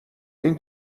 این